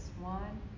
one